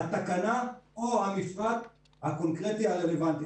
התקנה או המפרט הקונקרטי הרלוונטי.